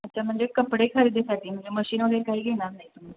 अच्छा म्हणजे कपडे खरेदीसाठी म्हणजे मशीन वगैरे काही घेणार नाही तुम्ही